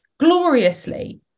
Gloriously